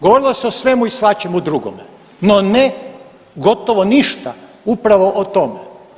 Govorilo se o svemu i svačemu drugome, no ne gotovo ništa upravo o tome.